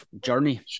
journey